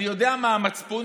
אני יודע מה המצפון.